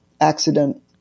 accident